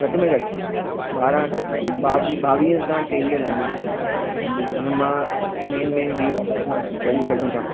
घटि में घटि ॿारहं ॿावीह ॿावीह खां टेवीह लैंग्वेजिस आहिनि उन मां मेन मेन जीअं असां चई सघूं था